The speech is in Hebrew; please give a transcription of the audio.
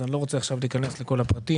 אז אני לא רוצה להיכנס עכשיו לכל הפרטים